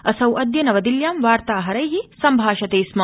असौ अद्य नवदिल्यां वार्ताहरै सम्भाषते स्म